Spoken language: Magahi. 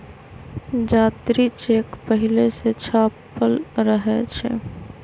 जात्री चेक पहिले से छापल रहै छइ